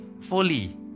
fully